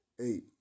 Eight